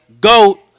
goat